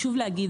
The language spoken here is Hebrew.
חשוב להגיד,